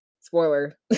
spoiler